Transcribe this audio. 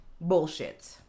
bullshit